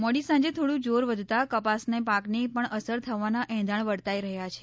મોડી સાંજે થોડું જોર વધતા કપાસના પાકને પણ અસર થવાના એંધાણ વર્તાઈ રહ્યાં છે